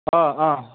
ꯑꯥ ꯑꯥ